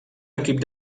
equip